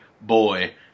boy